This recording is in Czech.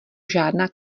žádná